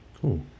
Cool